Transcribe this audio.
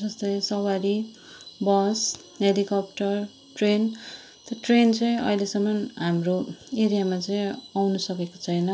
जस्तै सवारी bus helicopter train त ट्रेन चाहिँ अहिलेसम्म हाम्रो एरियामा चाहिँ आउनु सकेको छैन